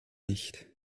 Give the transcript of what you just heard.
nicht